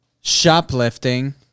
Shoplifting